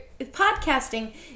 Podcasting